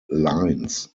lines